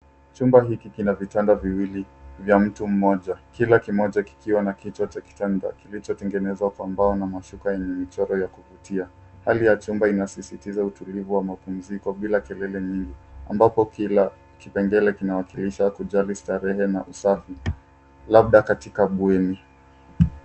Chumba hiki kina vitanda viwili vya mto mmoja kila kimoja kikiwa na kichwa cha kitanda kilichotengenezwa kwa mbao na mashuka yenye michoro ya kuvutia hali ya chumba inasisitiza utulivu wa mapumziko bila kelele nyingi ambapo kila kipengele kinawakilisha kujaa starehe na usafi labda katika bweni.